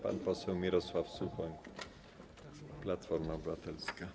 Pan poseł Mirosław Suchoń, Platforma Obywatelska.